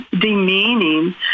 demeaning